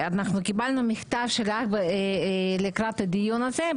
קיבלנו מכתב שלך לקראת הדיון הזה.